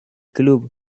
club